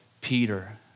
Peter